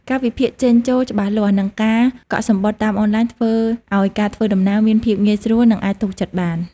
កាលវិភាគចេញ-ចូលច្បាស់លាស់ និងការកក់សំបុត្រតាមអនឡាញធ្វើឱ្យការធ្វើដំណើរមានភាពងាយស្រួល និងអាចទុកចិត្តបាន។